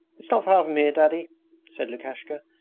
it's not far from here. daddy said lukashka,